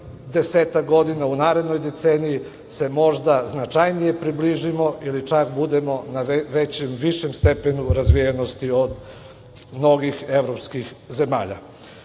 desetak godina, u narednoj deceniji se možda značajnije približimo ili čak budemo na višem stepenu razvijenosti od mnogih evropskih zemalja. Ono